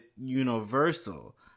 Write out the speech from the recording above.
Universal